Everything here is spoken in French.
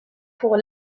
pour